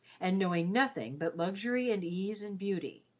and knowing nothing but luxury and ease and beauty.